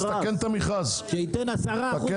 אז תקן את המכרז, עם כל